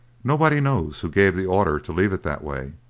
nobody knows who gave the order to leave it that way,